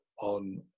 on